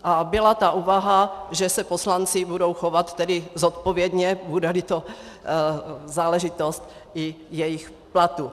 A byla ta úvaha, že se poslanci budou chovat zodpovědně, budeli to záležitost i jejich platů.